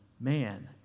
Man